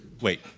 Wait